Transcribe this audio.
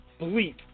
bleep